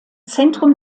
zentrum